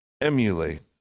emulate